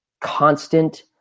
constant